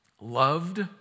loved